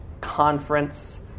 conference